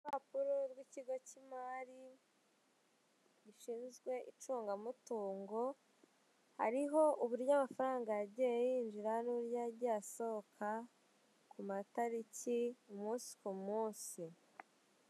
Urupapuro rw'ikigo cy'imari, gishinzwe icungamutungo, hariho uburyo amafaranga yagiye yinjira n'uburyo yagiye asohoka ku matariki, umunsi ku munsi.